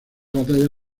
batalla